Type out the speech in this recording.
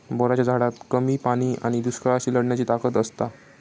बोराच्या झाडात कमी पाणी आणि दुष्काळाशी लढण्याची ताकद असता